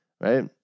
Right